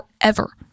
forever